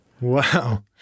Wow